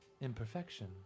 Imperfection